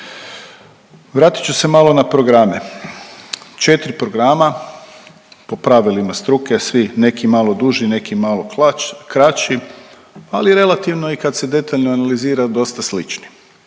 Vratit ću se malo na programe, 4 programa po pravilima struke, svi neki malo duži, neki malo kraći, ali relativno i kad se detaljno analizira dosta slični.